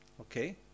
okay